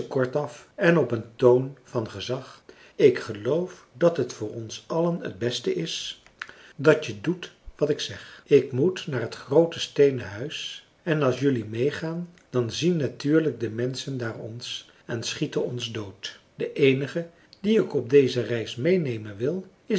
kortaf en op een toon van gezag ik geloof dat het voor ons allen het beste is dat je doet wat ik zeg ik moet naar het groote steenen huis en als jelui meêgaan dan zien natuurlijk de menschen daar ons en schieten ons dood de eenige dien ik op deze reis meenemen wil